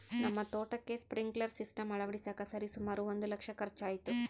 ನಮ್ಮ ತೋಟಕ್ಕೆ sprinkler system ಅಳವಡಿಸಕ ಸರಿಸುಮಾರು ಒಂದು ಲಕ್ಷ ಖರ್ಚಾಯಿತು